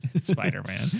Spider-Man